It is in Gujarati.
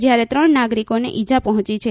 જ્યારે ત્રણ નાગરીકોને ઈજા પહોંચી છે